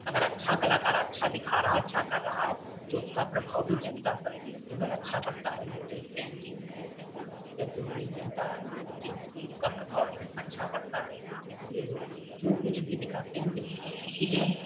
अगर अच्छा कलाकार अच्छा दिखा रहा है अच्छा कर रहा है तो उसका प्रभाव भी जनता पर जो है अच्छा पड़ता है जो देखते हैं टी वी देखते हैं या जो भी जनता होती है उसको उसका प्रभाव अच्छा पड़ता है इसलिए जो कुछ भी जो कुछ भी दिखाते हैं तो यह सब चीज़ है